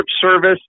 service